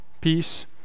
peace